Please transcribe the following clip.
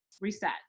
reset